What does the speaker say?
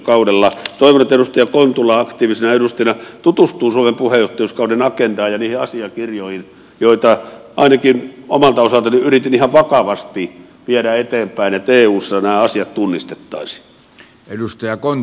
toivon että edustaja kontula aktiivisena edustajana tutustuu suomen puheenjohtajuuskauden agendaan ja niihin asiakirjoihin joita ainakin omalta osaltani yritin ihan vakavasti viedä eteenpäin että eussa nämä asiat tunnistettaisiin